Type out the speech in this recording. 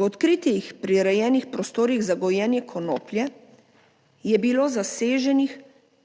V odkritih prirejenih prostorih za gojenje konoplje je bilo zaseženih